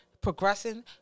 progressing